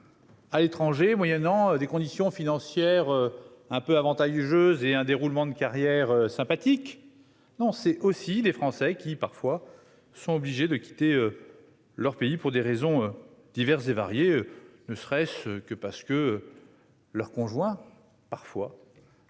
l'État, moyennant des conditions financières plutôt avantageuses et un déroulement de carrière favorable. Ce sont parfois aussi des Français qui sont obligés de quitter leur pays pour des raisons diverses et variées, ne serait-ce que parce que leur conjoint est